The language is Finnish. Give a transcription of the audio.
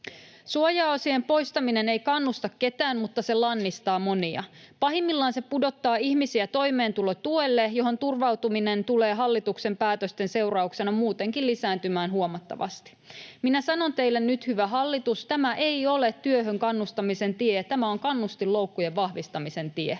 Suojaosien poistaminen ei kannusta ketään, mutta se lannistaa monia. Pahimmillaan se pudottaa ihmisiä toimeentulotuelle, johon turvautuminen tulee hallituksen päätösten seurauksena muutenkin lisääntymään huomattavasti. Minä sanon teille nyt, hyvä hallitus: tämä ei ole työhön kannustamisen tie, tämä on kannustinloukkujen vahvistamisen tie.